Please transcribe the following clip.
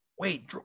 wait